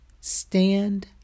stand